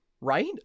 right